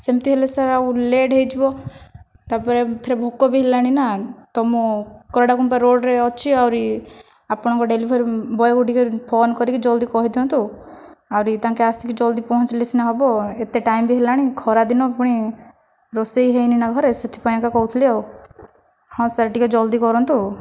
ସେମିତି ହେଲେ ସାର୍ ଆଉ ଲେଟ୍ ହୋଇଯିବ ତାପରେ ଫେରେ ଭୋକ ବି ହେଲାଣି ନା ତ ମୁଁ କରଡ଼କମ୍ପା ରୋଡ଼ରେ ଅଛି ଆହୁରି ଆପଣଙ୍କ ଡେଲିଭରି ବଏକୁ ଟିକେ ଫୋନ କରିକି ଜଲ୍ଦି କହିଦିଅନ୍ତୁ ଆହୁରି ତାଙ୍କେ ଆସିକି ଜଲ୍ଦି ପହଞ୍ଚିଲେ ସିନା ହେବ ଏତେ ଟାଇମ ବି ହେଲାଣି ଖରାଦିନ ପୁଣି ରୋଷେଇ ହୋଇନାହିଁ ନା ଘରେ ସେ'ଥିପାଇଁକା କହୁଥିଲି ଆଉ ହଁ ସାର୍ ଟିକେ ଜଲ୍ଦି କରନ୍ତୁ